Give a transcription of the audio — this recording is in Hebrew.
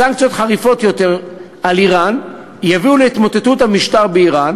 סנקציות חריפות יותר על איראן יביאו להתמוטטות המשטר באיראן